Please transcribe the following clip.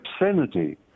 obscenity